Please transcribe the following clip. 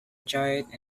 giant